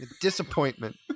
Disappointment